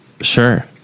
Sure